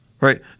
right